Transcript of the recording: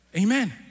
Amen